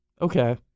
Okay